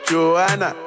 Joanna